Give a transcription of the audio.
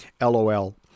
lol